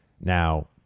Now